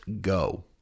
Go